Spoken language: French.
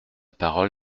parole